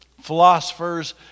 philosophers